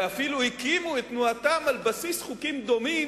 ואפילו הקימו את תנועתם על בסיס חוקים דומים,